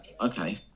Okay